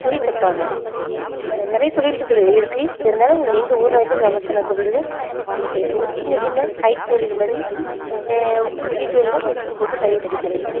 துணி தைப்பாங்க நிறைய தொழில்களு இருக்குது இருந்தாலும் எங்கள் ஊரில் வந்து ஃபேமஸான தொழில்கள் இந்த தொழிலு ஒரு சின்ன சின்ன கைத்தொழில் மாதிரி வீட்டு உள்ளே மிஷின் போட்டு தையல் அடிக்கிறது